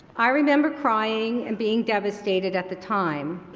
i remember crying and being devastated at the time,